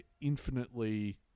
infinitely